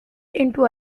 into